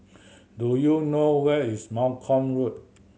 do you know where is Malcolm Road